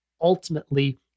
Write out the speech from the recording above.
ultimately